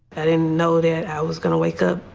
i didn't know that i was going to wake up